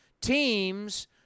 teams